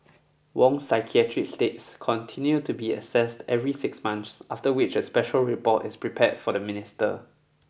Wong's psychiatric states continue to be assessed every six months after which a special report is prepared for the minister